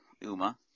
Uma